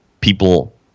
people